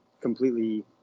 completely